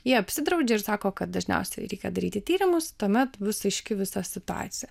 jie apsidraudžia ir sako kad dažniausiai reikia daryti tyrimus tuomet bus aiški visa situacija